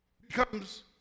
becomes